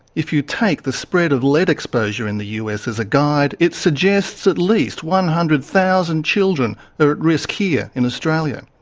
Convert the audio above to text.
if you take the spread of lead exposure in the us as a guide, it suggests at least one hundred thousand children are at risk here in australia.